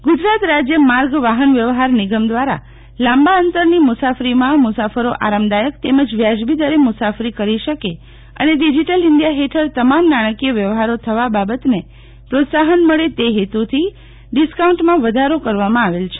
નિગમ discount Gujarat રાજ્ય માર્ગ વાહન વ્યવહાર નિગમદ્વારા લાંબા અંતરની મુસાફરીમાં મુસાફરોને આરામ દાયક તેમજ વ્યાજબી દરે મુસાફરી કરી શકે અને ડીઝીટલ ઈન્ડિયા હેઠળ તમામ નાણાકીય વ્યવહારો થવા બાબતને પ્રોત્સાહન મળે તે હેતુથી ડિસ્કાઉન્ટમાં વધારો કરવામં આવેલ છે